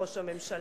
ראש הממשלה.